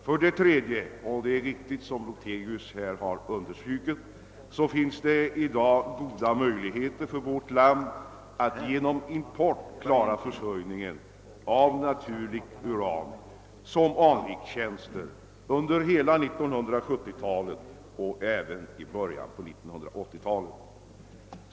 För det tredje — och det är som herr Lothigius underströk en mycket viktig sak — finns det i dag goda möjligheter för vårt land att genom import klara försörjningen av naturligt uran som anrikningstjänster under hela 1970-talet och även i början på 1980-talet.